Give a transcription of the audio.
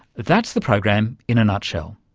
that's the program in a nutshell.